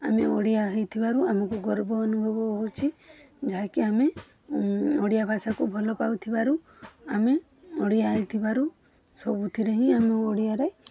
ଆମେ ଓଡ଼ିଆ ହୋଇଥିବାରୁ ଆମକୁ ଗର୍ବ ଅନୁଭବ ହଉଚି ଯାହା କି ଆମେ ଓଡ଼ିଆ ଭାଷାକୁ ଭଲପାଉଥିବାରୁ ଆମେ ଓଡ଼ିଆ ହୋଇଥିବାରୁ ସବୁଥିରେ ହିଁ ଆମେ ଓଡ଼ିଆରେ